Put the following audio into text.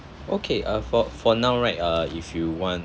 okay uh for for now right uh if you want